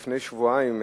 לפני שבועיים,